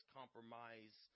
compromise